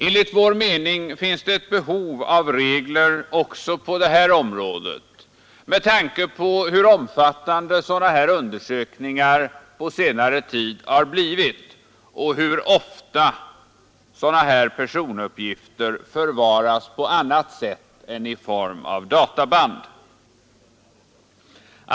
Enligt vår mening finns det ett behov av regler också på detta område, med tanke på hur omfattande sådana här undersökningar på senare tid har blivit och hur ofta sådana här personuppgifter förvaras på annat sätt än i form av databand.